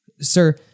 Sir